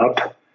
up